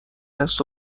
دست